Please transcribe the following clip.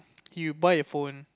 you buy a phone